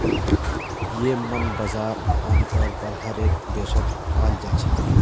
येम्मन बजार आमतौर पर हर एक देशत पाल जा छे